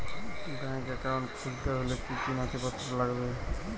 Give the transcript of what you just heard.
Bank account খুলতে হলে কি কি নথিপত্র লাগবে?